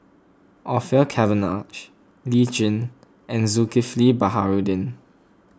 Orfeur Cavenagh Lee Tjin and Zulkifli Baharudin